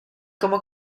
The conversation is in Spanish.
como